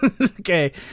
okay